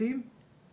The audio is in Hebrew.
שכשרוצים זה אפשרי.